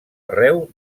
arreu